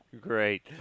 Great